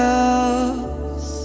else